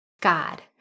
God